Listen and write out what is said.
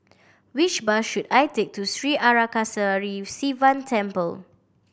which bus should I take to Sri Arasakesari Sivan Temple